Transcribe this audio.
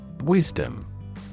Wisdom